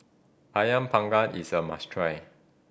Ayam Panggang is a must try